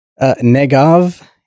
Negav